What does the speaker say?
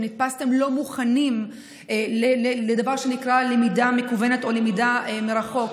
שנתפסתם לא מוכנים לדבר שנקרא "למידה מקוונת" או "למידה מרחוק".